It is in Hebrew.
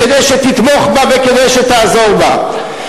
כדי שתתמוך בה וכדי שתעזור בה.